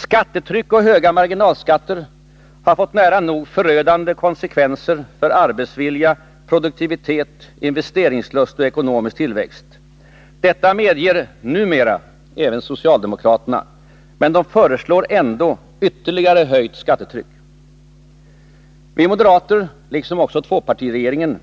Skattetryck och höga marginalskatter har fått nära nog förödande konsekvenser för arbetsvilja, produktivitet, investeringslust och ekonomisk tillväxt. Detta medger numera även socialdemokraterna. Men de föreslår likväl ytterligare höjt skattetryck. Vi moderater — liksom också tvåpartiregeringen,